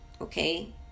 Okay